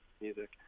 music